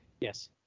Yes